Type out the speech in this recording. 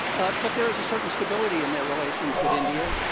ah but there is a certain stability in their relations with india,